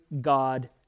God